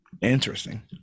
Interesting